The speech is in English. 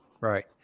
right